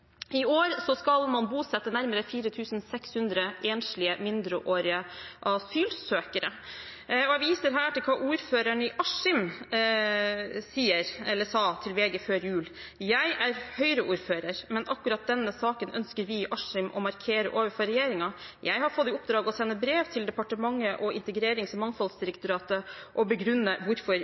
I år skal man bosette nærmere 4 600 enslige mindreårige asylsøkere. Jeg viser her til hva ordføreren i Askim sa til VG før jul: «Jeg er Høyre-ordfører, men akkurat denne saken ønsker vi i Askim å markere overfor regjeringen. Jeg har fått i oppdrag å sende brev til departementet og Integrerings- og mangfoldsdirektoratet og begrunne hvorfor